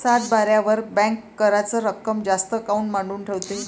सातबाऱ्यावर बँक कराच रक्कम जास्त काऊन मांडून ठेवते?